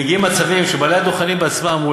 מגיעים למצבים שבעלי הדוכנים בעצמם אמרו